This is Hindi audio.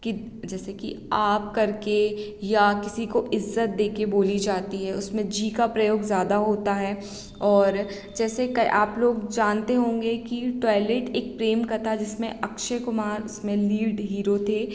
कि जैसे कि आप करके या किसी को इज़्ज़त देकर बोली जाती है उसमें जी का प्रयोग ज़्यादा होता है और जैसे क आप लोग जानते होंगे कि टॉयलेट एक प्रेम कथा जिसमें अक्षय कुमार उसमें लीड हीरो थे